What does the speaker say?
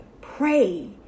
pray